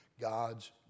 God's